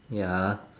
ya